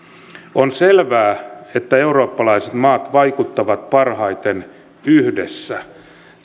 on selvää että eurooppalaiset maat vaikuttavat parhaiten yhdessä